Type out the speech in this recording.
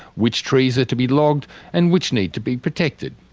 which trees are to be logged and which need to be protected.